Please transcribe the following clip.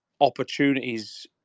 opportunities